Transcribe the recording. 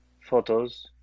photos